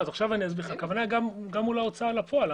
הכוונה גם מול ההוצאה לפועל.